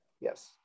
yes